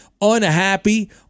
unhappy